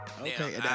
Okay